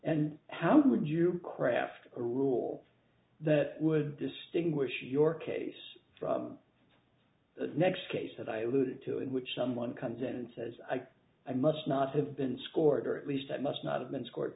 and how would you craft a rule that would distinguish your case from the next case that i allude to in which someone comes in and says i must not have been scored or at least that must not have been scored